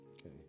okay